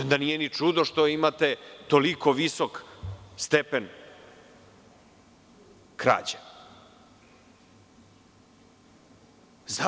Onda nije ni čudo što imate toliko visok stepen krađa.